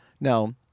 now